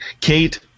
Kate